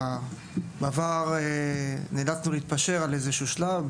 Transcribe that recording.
בעבר נאלצנו להתפשר על איזה שהוא שלב.